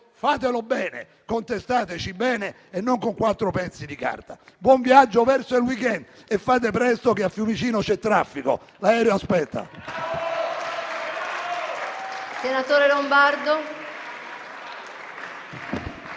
fatelo bene. Contestateci bene e non con quattro pezzi di carta. Buon viaggio verso il *week-end* e fate presto che a Fiumicino c'è traffico, l'aereo aspetta.